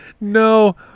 No